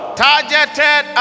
targeted